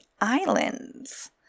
islands